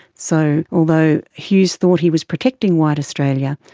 so although hughes thought he was protecting white australia,